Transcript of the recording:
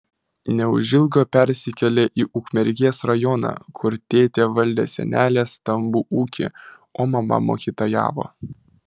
neužilgo persikėlė į ukmergės rajoną kur tėtė valdė senelės stambų ūkį o mama mokytojavo